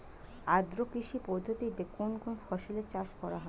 আদ্র কৃষি পদ্ধতিতে কোন কোন ফসলের চাষ করা হয়?